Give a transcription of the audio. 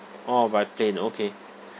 orh by plane okay